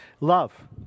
Love